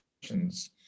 questions